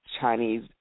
Chinese